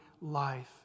life